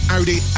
Audi